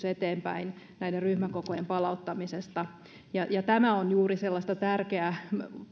eteenpäin esitys ryhmäkokojen palauttamisesta tämä on juuri sellaista tärkeää